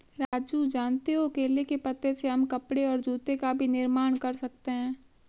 राजू जानते हो केले के पत्ते से हम कपड़े और जूते का भी निर्माण कर सकते हैं